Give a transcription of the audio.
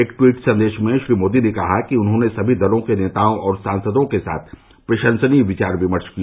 एक ट्वीट संदेश में श्री मोदी ने कहा कि उन्होंने सभी दलो के नेताओं और सांसदो के साथ प्रशंसनीय विचार विमर्श किया